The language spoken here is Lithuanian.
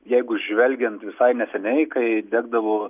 jeigu žvelgiant visai neseniai kai degdavo